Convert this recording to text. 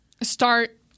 start